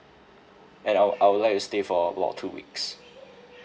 and I would I would like to stay for about two weeks